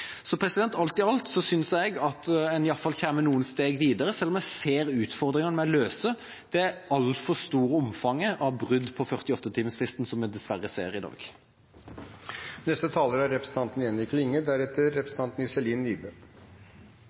Alt i alt synes jeg at man kommer noen steg videre, selv om jeg ser utfordringene med å løse det altfor store omfanget av brudd på 48-timersfristen som vi dessverre ser i dag.